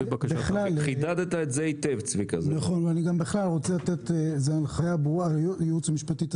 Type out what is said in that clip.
אבל היות וכאן יש תנאים שמדברים על ביטול ההיתר ועל קציבת הזמן,